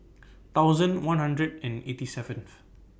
thousand one hundred and eighty seventh